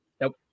nope